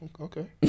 Okay